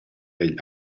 egl